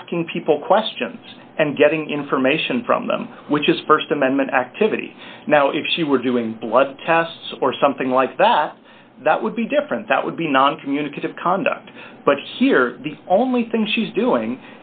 asking people questions and getting information from them which is st amendment activity now if she were doing blood tests or something like that that would be different that would be non communicative conduct but here the only thing she's doing